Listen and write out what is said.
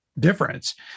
difference